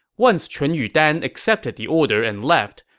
once chun yudan accepted the order and left,